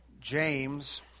James